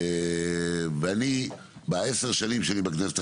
ואני ב- 10 שנים שלי בכנסת,